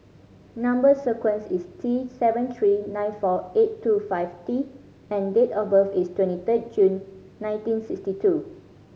number sequence is T seven three nine four eight two five T and date of birth is twenty third June nineteen sixty two